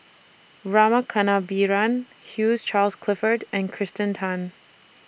Rama Kannabiran Hugh Charles Clifford and Kirsten Tan